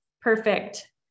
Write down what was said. perfect